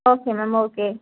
okay ma'am okay